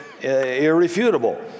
irrefutable